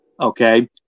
okay